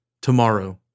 tomorrow